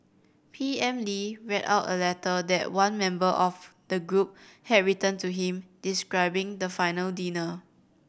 P M Lee read out a letter that one member of the group had written to him describing the final dinner